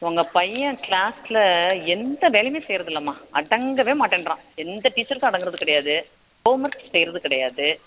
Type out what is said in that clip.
உங்கள் பையன் கிளாஸில் எந்த வேலையும் செய்வதில்லம்மா அடங்க மாட்டேன்கிறான் எந்த டீச்சருக்கும் அடங்குவது கிடையாது ஹோம் ஒர்க் செய்வது கிடையாது